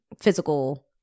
physical